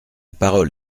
parole